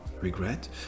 regret